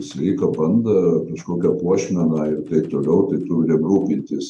sveiką bandą kažkokią puošmeną ir taip toliau tai turim rūpintis